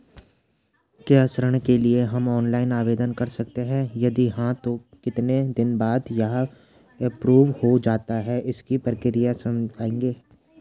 क्या ऋण के लिए हम ऑनलाइन आवेदन कर सकते हैं यदि हाँ तो कितने दिन बाद यह एप्रूव हो जाता है इसकी प्रक्रिया समझाइएगा?